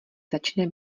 začne